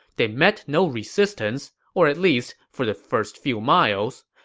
they met no resistance, or at least, for the first few miles.